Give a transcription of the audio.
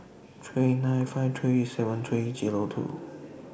three nine five three seven three Zero two